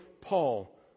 Paul